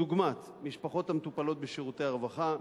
דוגמת משפחות המטופלות בשירותי הרווחה,